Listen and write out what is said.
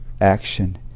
action